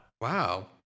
Wow